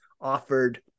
offered